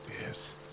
Yes